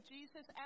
Jesus